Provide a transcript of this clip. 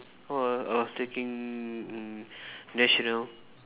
oh I I was taking n~ national